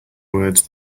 words